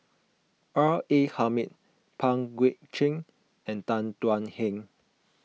R A Hamid Pang Guek Cheng and Tan Thuan Heng